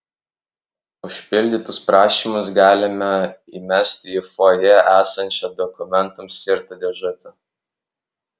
užpildytus prašymus galima įmesti į fojė esančią dokumentams skirtą dėžutę